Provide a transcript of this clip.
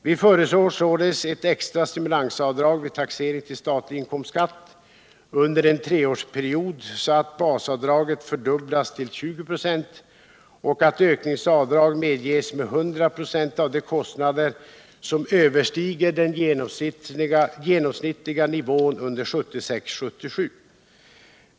Vi föreslår således ett extra stimulansavdrag vid taxering till statlig inkomstskatt under en treårsperiod, så att basavdraget fördubblas till 20 26 och ett ökningsavdrag medges med 100 96 av de kostnader som överstiger den genomsnittliga nivån under 1976 och 1977.